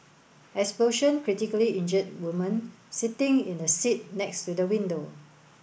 explosion critically injured woman sitting in the seat next to the window